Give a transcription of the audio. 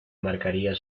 marcaría